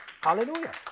Hallelujah